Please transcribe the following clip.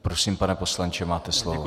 Prosím, pane poslanče, máte slovo.